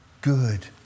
good